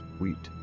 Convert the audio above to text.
Wheat